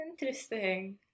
Interesting